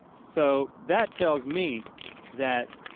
so that tells me that,